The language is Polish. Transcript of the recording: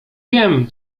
wiem